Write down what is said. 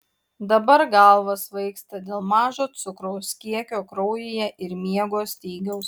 dabar galva svaigsta dėl mažo cukraus kiekio kraujyje ir miego stygiaus